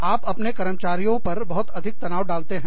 आप अपने कर्मचारियों पर बहुत अधिक तनाव डालते हैं